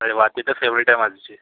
अरे वा ती तर फेवरेट आहे माझी